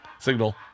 signal